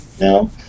No